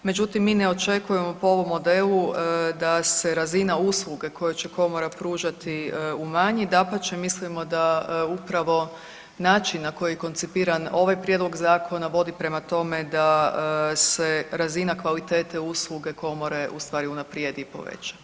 Međutim, mi ne očekujemo po ovom modelu da se razina usluge koje će komora pružati umanji, dapače mislimo da upravo način na koji je koncipiran ovaj prijedlog zakona vodi prema tome da se razina kvalitete usluge komore ustvari unaprijedi i poveća.